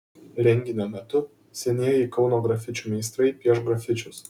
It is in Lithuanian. renginio metu senieji kauno grafičių meistrai pieš grafičius